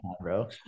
bro